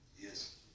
Yes